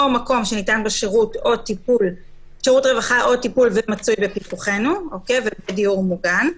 או מקום שניתן בו שירות רווחה או טיפול ומצוי בפיקוחנו ובדיור מוגן.